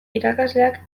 irakasleak